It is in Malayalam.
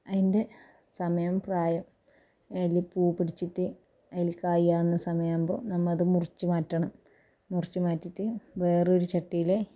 അതിൻ്റെ സമയവും പ്രായം അതിൽ പൂ പിടിച്ചിട്ട് അതിൽ കായാകുന്ന സമയമാകുമ്പോൾ നമ്മൾ അത് മുറിച്ച് മാറ്റണം മുറിച്ച് മാറ്റിയിട്ട് വേറൊരു ചട്ടിയിൽ